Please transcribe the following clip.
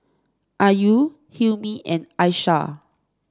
Ayu Hilmi and Aishah